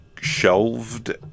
shelved